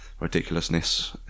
ridiculousness